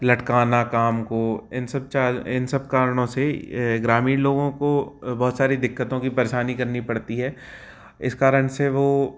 लटकाना काम को इन सब इन सब कारणों से ही ग्रामीण लोगों को बहुत सारी दिक्कतों की परेशानी करनी पड़ती है इस कारण से वह